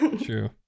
True